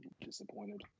disappointed